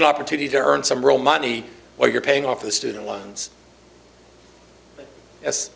an opportunity to earn some real money while you're paying off the student loans